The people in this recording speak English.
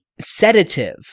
sedative